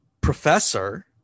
professor